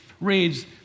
reads